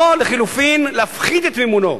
או לחלופין להפחית את מימונו,